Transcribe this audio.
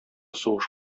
сугыш